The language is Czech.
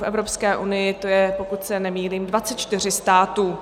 V Evropské unii to je, pokud se nemýlím, 24 států.